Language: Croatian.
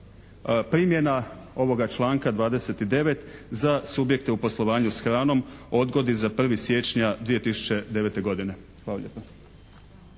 primjena ovoga članka 29. za subjekte u poslovanju s hranom odgodi za 1. siječnja 2009. godine.